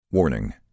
Warning